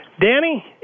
Danny